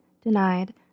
denied